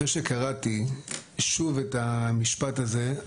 אחרי שקראתי שוב את המשפט הזה,